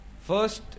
first